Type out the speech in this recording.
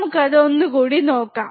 നമുക്ക് അത് ഒന്നുകൂടി നോക്കാം